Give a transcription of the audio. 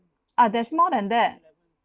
ah there's more than that